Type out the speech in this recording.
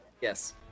Yes